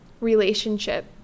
relationship